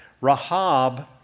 Rahab